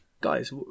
guys